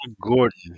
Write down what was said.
Gordon